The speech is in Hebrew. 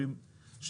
העלית פה רעיון מצוין,